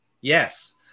Yes